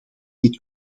dit